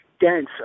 dense